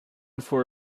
for